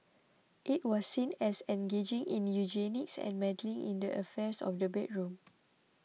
it was seen as engaging in eugenics and meddling in the affairs of the bedroom